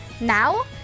Now